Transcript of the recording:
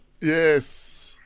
Yes